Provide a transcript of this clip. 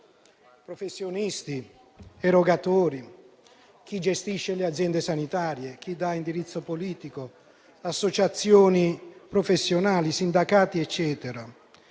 professionisti, erogatori, chi gestisce le aziende sanitarie, chi dà indirizzo politico, associazioni professionali, sindacati, eccetera.